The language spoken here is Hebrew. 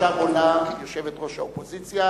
עכשיו עולה יושבת-ראש האופוזיציה,